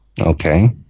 Okay